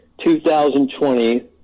2020